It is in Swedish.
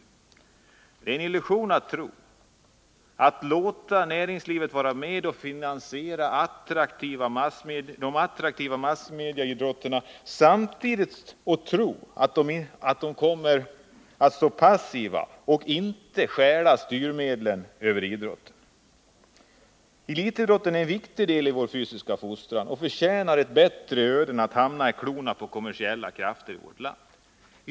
Det är en illusion att tro att man kan låta näringslivet vara med och finansiera de attraktiva massmediaidrotterna, utan att det samtidigt rycker till sig inflytandet över styrmedlen för idrotten. Elitidrotten är en viktig del i vår fysiska fostran och förtjänar ett bättre öde än att hamna i klorna på kommersiella krafter i vårt land.